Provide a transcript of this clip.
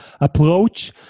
approach